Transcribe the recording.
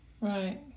Right